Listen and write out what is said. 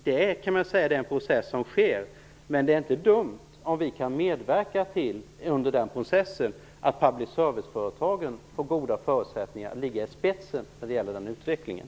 Det är den process som sker, men det är inte dumt om vi under den processen kan medverka till att public service-företagen får goda förutsättningar för att ligga i spetsen när det gäller den utvecklingen.